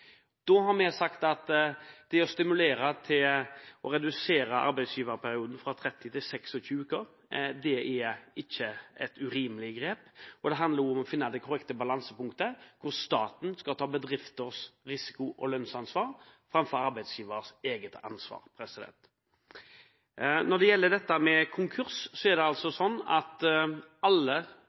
Da har vi sagt at det å stimulere til å redusere arbeidsgiverperioden fra 30 uker til 26 uker er ikke et urimelig grep. Det handler også om å finne det korrekte balansepunktet for når staten skal ta bedrifters risiko og lønnsansvar framfor arbeidsgiver selv. Når det gjelder konkurs, er alle